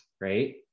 right